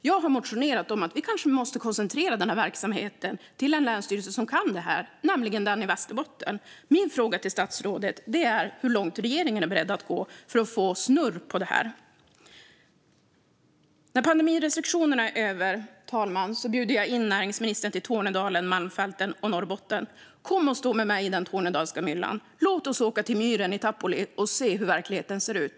Jag har motionerat om att vi kanske måste koncentrera denna verksamhet till en länsstyrelse som kan det här, nämligen den i Västerbotten. Min fråga till statsrådet är: Hur långt är regeringen beredd att gå för att få snurr på detta? När pandemirestriktionerna är över, fru talman, bjuder jag in näringsministern till Tornedalen, Malmfälten och Norrbotten. Kom och stå med mig i den tornedalska myllan! Låt oss åka till myren i Tapuli och se hur verkligheten ser ut!